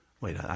Wait